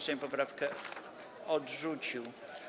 Sejm poprawkę odrzucił.